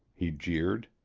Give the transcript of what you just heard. he jeered.